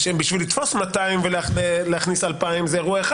בשביל לתפוס 200 ולהכניס 2,000 זה אירוע אחד.